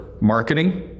marketing